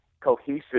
cohesive